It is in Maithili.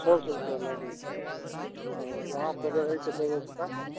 सए सए रुपआ लागै छै उहाँ पर रहै कऽ ब्यवस्था